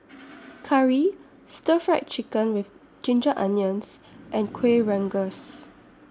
Curry Stir Fried Chicken with Ginger Onions and Kueh Rengas